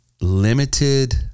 limited